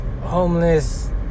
Homeless